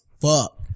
fuck